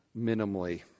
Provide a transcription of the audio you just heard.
minimally